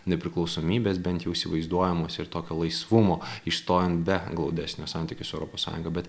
nepriklausomybės bent jau įsivaizduojamos ir tokio laisvumo išstojant be glaudesnio santykio su europos sąjunga bet